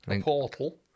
Portal